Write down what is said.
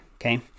okay